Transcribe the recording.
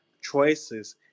choices